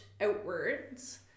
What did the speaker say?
outwards